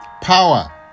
power